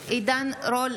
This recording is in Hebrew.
עידן רול,